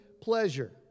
pleasure